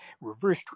reverse